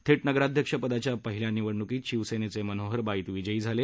थेट नगराध्यक्षपदाच्या पहिल्या निवडणुकीत शिवसेनेचे मनोहर बाईत विजयी झाले